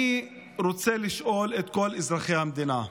אני רוצה לשאול את כל אזרחי המדינה: